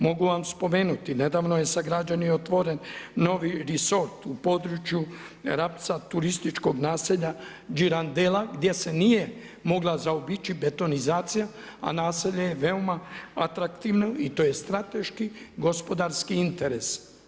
Mogu vam spomenuti, nedavno je sagrađen i otvoren novi resort u području Rapca, turističkog naselja, Girandella gdje se nije mogla zaobići betonizacija a naselje je veoma atraktivno i to je strateški, gospodarski interes.